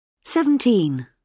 seventeen